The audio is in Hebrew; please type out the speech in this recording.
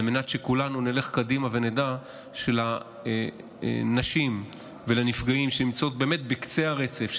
על מנת שכולנו נלך קדימה ונדע שלנשים ולנפגעות שנמצאות באמת בקצה הרצף,